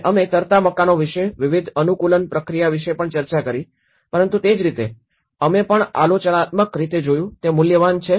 અને અમે તરતા મકાનો વિશે વિવિધ અનુકૂલન પ્રક્રિયા વિશે પણ ચર્ચા કરી પરંતુ તે જ રીતે અમે પણ આલોચનાત્મક રીતે જોયું તે મૂલ્યવાન છે